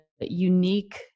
unique